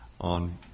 on